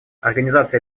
организация